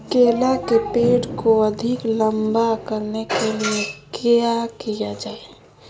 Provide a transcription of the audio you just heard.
केला के पेड़ को अधिक लंबा करने के लिए किया किया जाए?